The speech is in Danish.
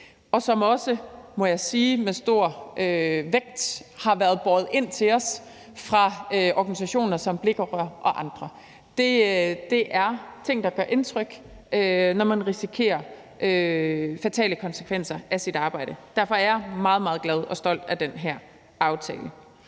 og som også, må jeg sige med stor vægt, har været båret ind til os fra organisationer som Blik- og Rørarbejderforbundet og andre. Det er ting, der gør indtryk, når man risikerer fatale konsekvenser af sit arbejde. Derfor er jeg meget, meget glad for og stolt af den her aftale.